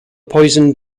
poisoned